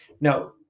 Now